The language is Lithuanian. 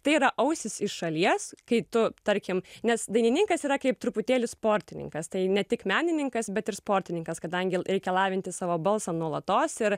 tai yra ausys iš šalies kai tu tarkim nes dainininkas yra kaip truputėlį sportininkas tai ne tik menininkas bet ir sportininkas kadangi reikia lavinti savo balsą nuolatos ir